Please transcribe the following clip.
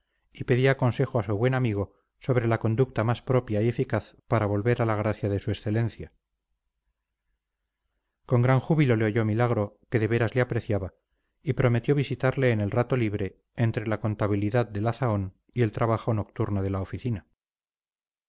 y pedía consejo a su buen amigo sobre la conducta más propia y eficaz para volver a la gracia de su excelencia con gran júbilo le oyó milagro que de veras le apreciaba y prometió visitarle en el rato libre entre la contabilidad de la zahón y el trabajo nocturno de la oficina